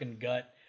gut